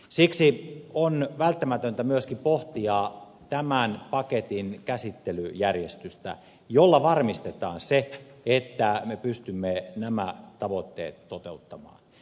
siksi on välttämätöntä myöskin pohtia tämän paketin käsittelyjärjestystä jolla varmistetaan se että me pystymme nämä tavoitteet toteuttamaan